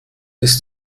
ist